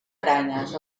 aranyes